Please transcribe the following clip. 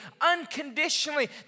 unconditionally